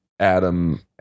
Adam